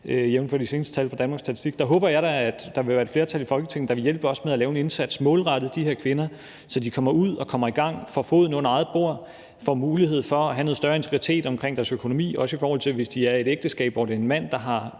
jævnfør de seneste tal fra Danmarks Statistik. Der håber jeg da, at der vil være et flertal i Folketinget, der vil hjælpe os med at lave en indsats målrettet de her kvinder, så de kommer ud og kommer i gang, får foden under eget bord, får mulighed for at have noget større integritet omkring deres økonomi – også hvis de er i et ægteskab, hvor det er en mand, der har